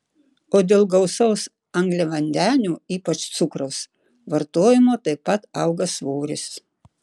o dėl gausaus angliavandenių ypač cukraus vartojimo taip pat auga svoris